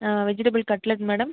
vegetable cutlet madam